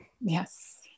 Yes